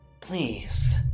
please